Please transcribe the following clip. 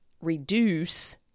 reduce